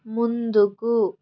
ముందుకు